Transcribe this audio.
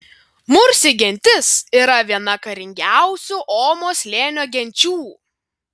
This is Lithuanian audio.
mursi gentis yra viena karingiausių omo slėnio genčių